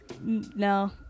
no